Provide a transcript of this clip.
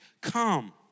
Come